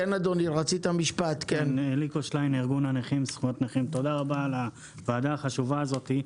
ארגון הנכים זכויות נכים תודה רבה על הוועדה החשובה הזאת.